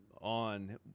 on